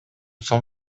сом